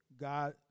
God